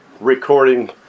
recording